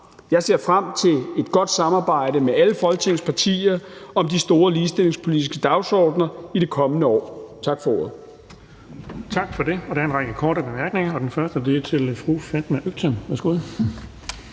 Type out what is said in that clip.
Jeg ser frem til et godt samarbejde med alle Folketingets partier om de store ligestillingspolitiske dagsordener i det kommende år. Tak for ordet.